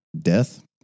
death